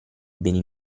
beni